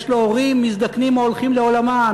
יש לו הורים מזדקנים או הולכים לעולמם,